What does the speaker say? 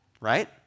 right